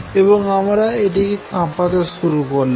এবং আমরা এটিকে কাঁপাতে শুরু করলাম